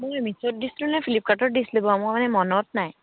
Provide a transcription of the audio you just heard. মই নে ফ্লিপকাৰ্টত দিছিলো বাৰু মই মানে মনত নাই